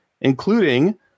Including